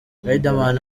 riderman